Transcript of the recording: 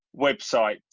website